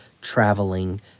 traveling